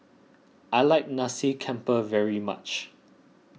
I like Nasi Campur very much